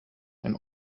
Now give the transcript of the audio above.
ein